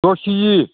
दस केजि